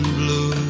blue